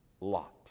Lot